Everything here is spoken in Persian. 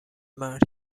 مرگ